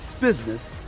business